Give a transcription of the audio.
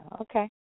okay